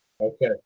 Okay